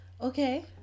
okay